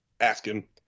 asking